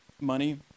money